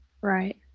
Right